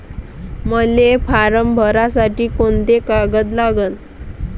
मले फारम भरासाठी कोंते कागद लागन?